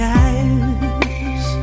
eyes